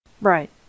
Right